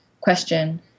Question